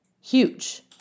huge